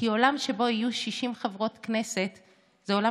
כי עולם שבו יהיו 60 חברות כנסת זה עולם